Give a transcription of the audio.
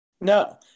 No